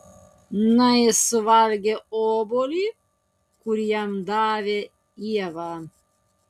na jis suvalgė obuolį kurį jam davė ieva